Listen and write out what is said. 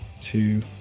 two